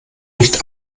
nicht